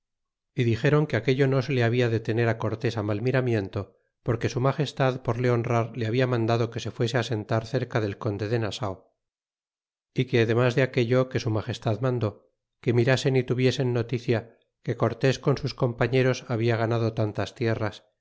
y dixéron que aquello no se le habla de tener cortés mal miramiento porque su magestad por le honrar le habla mandado que se fuese sentar cerca del conde de nasao y que demas de aquello que su magestad mandó que mirasen y tuviesen noticia que cortés con sus compañeros habia ganado tantas tierras